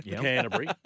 Canterbury